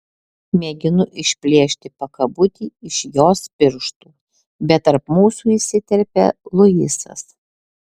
mėginu išplėšti pakabutį iš jos pirštų bet tarp mūsų įsiterpia luisas